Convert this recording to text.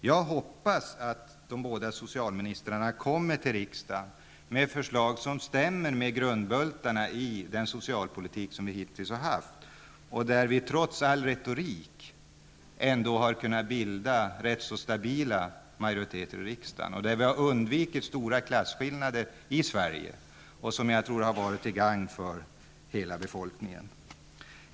Jag hoppas att de båda socialministrarna kommer till riksdagen med förslag som stämmer med grundbultarna i den socialpolitik som hittills har förts, där vi trots all retorik har kunnat bilda rätt stabila majoriteter i riksdagen och varigenom vi har undvikit stora klasskillnader i Sverige, vilket har varit till gagn för hela befolkningen.